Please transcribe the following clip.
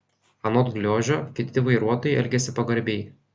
anot gliožio kiti vairuotojai elgiasi pagarbiai